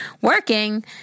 working